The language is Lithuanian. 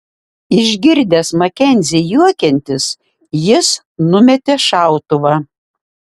išgirdęs makenzį juokiantis jis numetė šautuvą